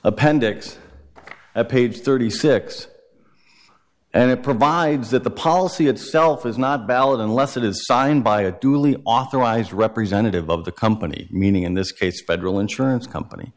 appendix at page thirty six and it provides that the policy itself is not valid unless it is signed by a duly authorized representative of the company meaning in this case federal insurance company